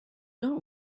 not